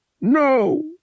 No